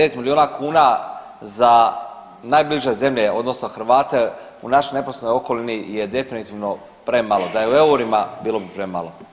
9 milijuna kuna za najbliže zemlje odnosno Hrvate u našoj neposrednoj okolini je definitivno premalo, da je u eurima bilo bi premalo.